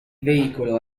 veicolo